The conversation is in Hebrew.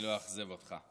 אני לא אאכזב אותך.